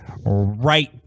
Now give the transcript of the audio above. right